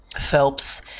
Phelps